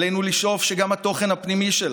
עלינו לשאוף שגם התוכן הפנימי שלה,